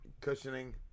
Cushioning